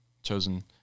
chosen